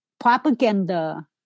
Propaganda